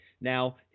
Now